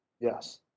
Yes